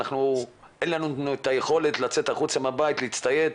אין לנו את היכולת לצאת החוצה מהבית ולהצטייד',